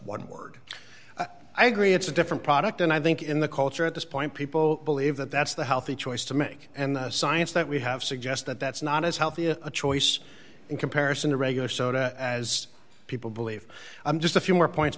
one word i agree it's a different product and i think in the culture at this point people believe that that's the healthy choice to make and the science that we have suggest that that's not as healthy as a choice in comparison to regular soda as people believe i'm just a few more points